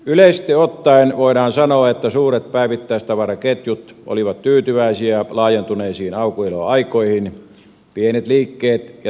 yleisesti ottaen voidaan sanoa että suuret päivittäistavaraketjut olivat tyytyväisiä laajentuneisiin aukioloaikoihin pienet liikkeet ja työntekijät eivät